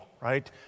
right